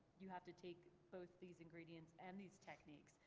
you have to take both these ingredients and these techniques,